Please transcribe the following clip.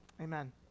Amen